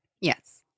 Yes